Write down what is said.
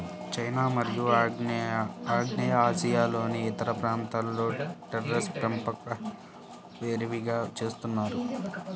China మరియు ఆగ్నేయాసియాలోని ఇతర ప్రాంతాలలో టెర్రేస్ పెంపకం విరివిగా చేస్తున్నారు